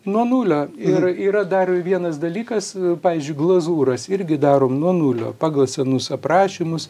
nuo nulio ir yra dar vienas dalykas pavyzdžiui glazūras irgi darom nuo nulio pagal senus aprašymus